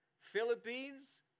Philippines